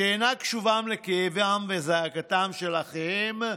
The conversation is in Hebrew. שאינה קשובה לכאבם ולזעקתם של אחיהם,